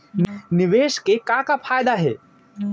निवेश के का का फयादा हे?